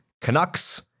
Canucks